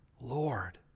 Lord